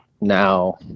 now